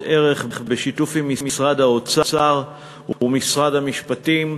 ערך בשיתוף עם משרד האוצר ומשרד המשפטים,